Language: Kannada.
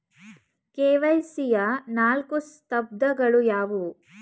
ಕೆ.ವೈ.ಸಿ ಯ ನಾಲ್ಕು ಸ್ತಂಭಗಳು ಯಾವುವು?